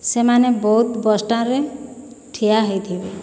ସେମାନେ ବଉଦ ବସଷ୍ଟାଣ୍ଡରେ ଠିଆ ହେଇଥିବେ